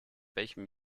welchem